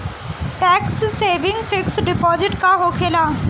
Tax saving fix deposit का होखे ला?